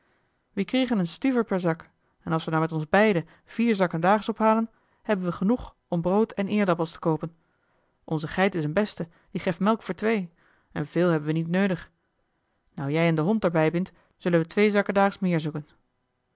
wie kriegen een stuuver per zak en als we now met ons beiden vier zakken daags ophalen hebben we genoeg om brood en eerdappels te koopen onze geit is een beste die gêf melk voor twee en veel hebben wie niet neudig now jij en de hond der bij bint zullen wij twee zakken daags meer zoeken